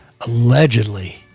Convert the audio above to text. Allegedly